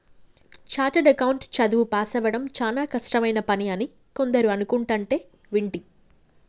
chartered account చదువు పాసవ్వడం చానా కష్టమైన పని అని కొందరు అనుకుంటంటే వింటి